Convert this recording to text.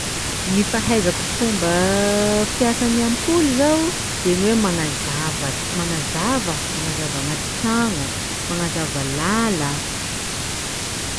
Gny fahaizako fomba fiasan'ny ampoly zao de gny hoe magnazava magnazava magnazava agnaty tragno, magnazava làla.